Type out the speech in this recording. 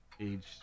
aged